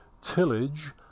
tillage